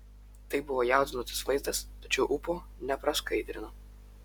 tai buvo jaudinantis vaizdas tačiau ūpo nepraskaidrino